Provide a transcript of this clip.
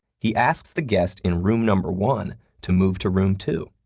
he asks the guest in room number one to move to room two,